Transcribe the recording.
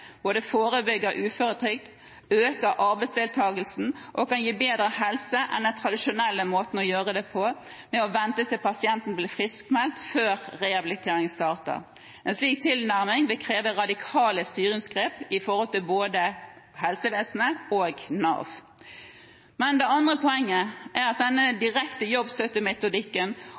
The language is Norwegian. både forebygger uførhet, øker arbeidsdeltagelsen og kan gi bedre helse enn den tradisjonelle måten å gjøre det på, å vente til pasienten blir friskmeldt før rehabiliteringen starter. En slik tilnærming vil kreve radikale styringsgrep når det gjelder både helsevesenet og Nav. Det andre poenget er at